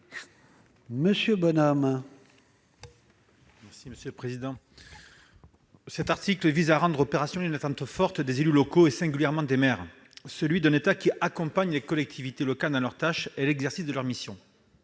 François Bonhomme, sur l'article. Cet article vise à rendre opérationnelle une attente forte des élus locaux, et singulièrement des maires, celle d'un État qui accompagne les collectivités locales dans leurs tâches et dans l'exercice de leurs missions-